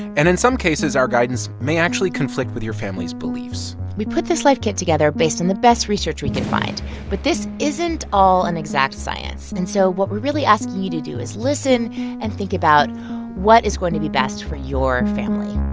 and in some cases, our guidance may actually conflict with your family's beliefs we put this life kit together based on the best research we could find. but this isn't all an exact science. and so what we really ask you you to do is listen and think about what is going to be best for your family